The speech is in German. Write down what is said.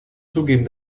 zugeben